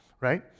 right